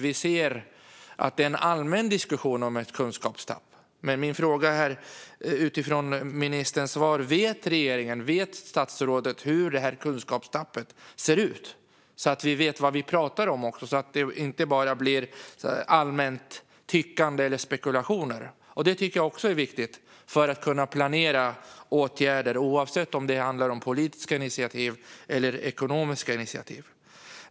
Det pågår en allmän diskussion om ett kunskapstapp, men vet statsrådet och regeringen hur detta kunskapstapp ser ut, så att vi vet vad vi pratar om och inte bara ägnar oss åt allmänt tyckande och spekulationer? Det är viktigt att veta detta för att kunna planera åtgärder, oavsett om det handlar om politiska eller ekonomiska initiativ.